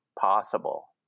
possible